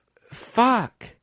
fuck